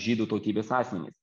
žydų tautybės asmenys